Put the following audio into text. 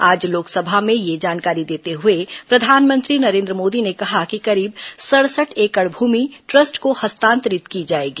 आज लोकसभा में यह जानकारी देते हुए प्रधानमंत्री नरेन्द्र मोदी ने कहा कि करीब सड़सठ एकड़ भूमि ट्रस्ट को हस्तांतरित की जाएगी